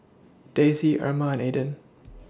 Daisey Erma Aydin